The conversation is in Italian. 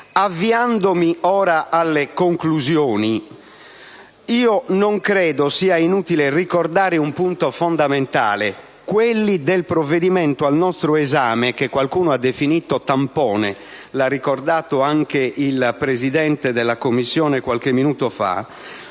Avviandomi ora alle conclusioni, non credo sia inutile ricordare un punto fondamentale: quelli del provvedimento al nostro esame, che qualcuno ha definito tampone (l'ha ricordato anche il Presidente della Commissione qualche minuto fa),